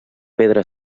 pedra